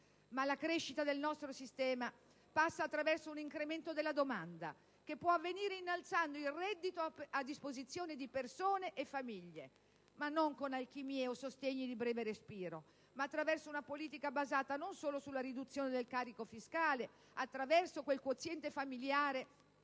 La crescita del nostro sistema passa attraverso un incremento della domanda, che può avvenire innalzando il reddito a disposizione di persone e famiglie ma non con alchimie e sostegni di breve respiro, bensì attraverso una politica basata non solo sulla riduzione del carico fiscale - attraverso quel quoziente familiare